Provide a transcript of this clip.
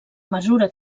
mesura